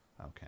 Okay